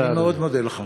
אני מודה לך מאוד.